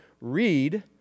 read